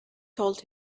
told